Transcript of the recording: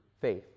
faith